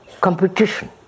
competition